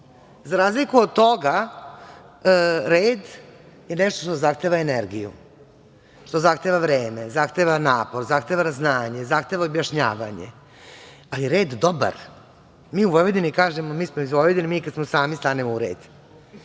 Za razliku od toga red je nešto što zahteva energiju, što zahteva vreme, zahteva napor, zahteva znanje, zahteva objašnjavanje, ali je red dobar. Mi u Vojvodini kažemo, mi smo iz Vojvodine, mi i kad smo sami stanemo u